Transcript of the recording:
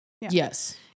Yes